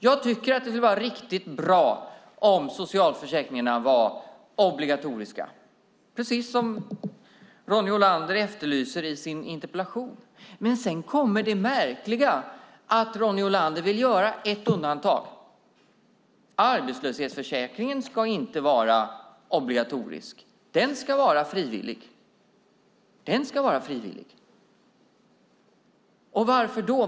Jag tycker att det skulle vara riktigt bra om socialförsäkringarna var obligatoriska, precis som Ronny Olander efterlyser i sin interpellation. Men sedan kommer det märkliga. Ronny Olander vill göra ett undantag: Arbetslöshetsförsäkringen ska inte vara obligatorisk. Den ska vara frivillig. Och varför då?